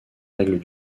règles